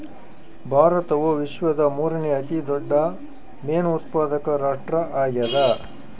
ಭಾರತವು ವಿಶ್ವದ ಮೂರನೇ ಅತಿ ದೊಡ್ಡ ಮೇನು ಉತ್ಪಾದಕ ರಾಷ್ಟ್ರ ಆಗ್ಯದ